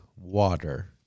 water